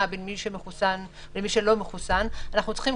בין מי שמחוסן למי שלא מחוסן אנחנו צריכים,